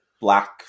black